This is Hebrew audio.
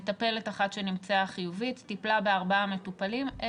מטפלת אחת שנמצאה חיובית טיפלה בארבעה מטופלים,